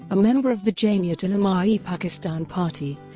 a member of the jamiat and um ah ulema-e-pakistan party,